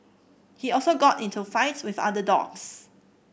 he also got into fights with other dogs